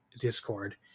Discord